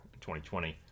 2020